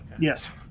Yes